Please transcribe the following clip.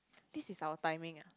this is our timing ah